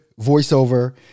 VoiceOver